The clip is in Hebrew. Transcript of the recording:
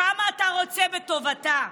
כמה אתה רוצה בטובתם,